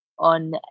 On